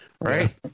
Right